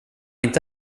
inte